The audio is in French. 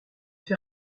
fait